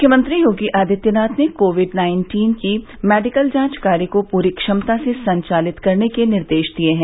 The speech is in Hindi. मुख्यमंत्री योगी आदित्यनाथ ने कोविड नाइन्टीन की मेडिकल जांच कार्य को पूरी क्षमता से संचालित करने के निर्देश दिये हैं